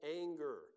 anger